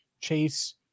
chase